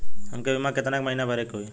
हमके बीमा केतना के महीना भरे के होई?